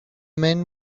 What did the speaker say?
men